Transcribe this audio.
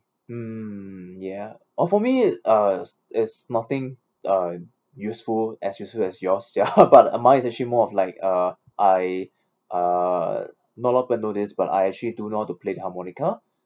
mm ya oh for me uh is nothing uh useful as useful as yours ya but mine is actually more of like uh I uh know loh happen to notice but I actually do know how to play the harmonica